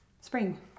spring